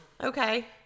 Okay